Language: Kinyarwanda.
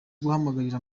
guhamagarira